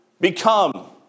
become